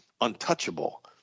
untouchable